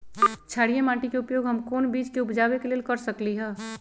क्षारिये माटी के उपयोग हम कोन बीज के उपजाबे के लेल कर सकली ह?